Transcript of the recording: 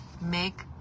make